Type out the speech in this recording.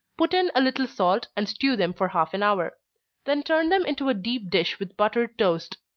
put in a little salt, and stew them for half an hour then turn them into a deep dish with buttered toast.